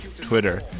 Twitter